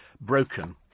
broken